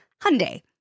Hyundai